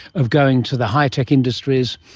of going to the high-tech industries,